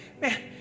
Man